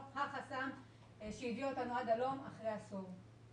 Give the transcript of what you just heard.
זה החסם שהביא אותנו אחרי עשור עד הלום.